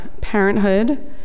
Parenthood